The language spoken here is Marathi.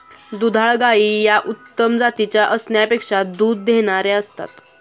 दुधाळ गायी या उत्तम जातीच्या असण्यापेक्षा दूध देणाऱ्या असतात